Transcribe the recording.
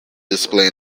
display